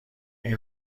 این